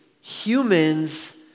humans